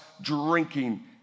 drinking